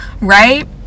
right